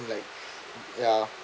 like ya